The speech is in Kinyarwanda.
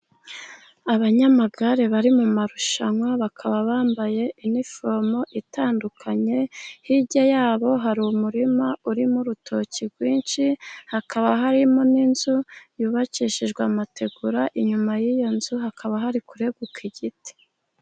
Abanyamagare bari mu marushanwa, bakaba bambaye iniforume itandukanye. Hirya yabo hari umurima urimo urutoki rwinshi, hakaba harimo n'inzu yubakishijwe amategura. Inyuma y'iyo nzu hakaba hari kureguka igiti.